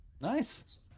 Nice